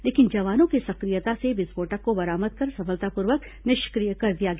लेकिन जवानों की सक्रियता से विस्फोटक को बरामद कर सफलतापूर्वक निष्किय कर दिया गया